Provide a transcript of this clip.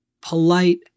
polite